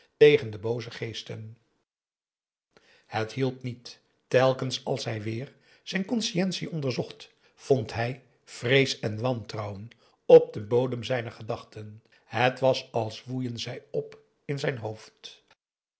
tegen de booze geesten het hielp niet telkens als hij weer zijn conscientie onderzocht vond hij vrees en wantrouwen op den bodem zijner gedachten het was als woeien zij op in zijn hoofd